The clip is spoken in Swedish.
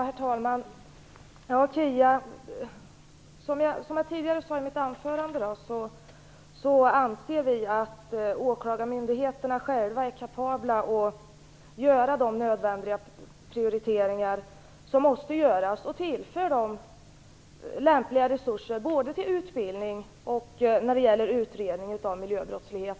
Herr talman! Som jag tidigare sade i mitt anförande, Kia Andreasson, anser vi att åklagarmyndigheterna själva är kapabla att göra de nödvändiga prioriteringarna och att tillföra lämpliga resurser både till utbildning och när det gäller utredning av miljöbrottslighet.